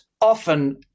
often